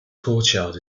courtyard